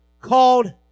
called